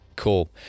Cool